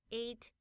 eight